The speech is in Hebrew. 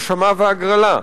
הרשמה והגרלה,